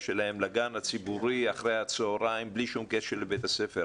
שלהם לגן הציבורי אחרי הצוהריים בלי שום קשר לבית הספר.